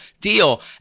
deal